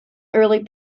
early